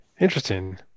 Interesting